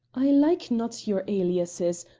i like not your aliases,